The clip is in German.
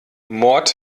mord